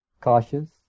cautious